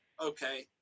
okay